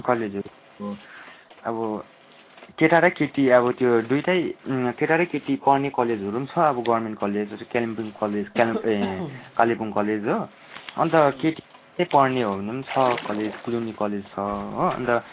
कलेजहरू अब केटा र केटी अब त्यो दुइटै केटा र केटी पढ्ने कलेजहरू पनि छ अब गर्मेन्ट कलेज जस्तै कालिम्पोङ कलेज ए कालेबुङ कलेज हो अन्त केटी नै पढ्ने हो भने पनि छ कलेज क्लुनी कलेज छ हो अन्त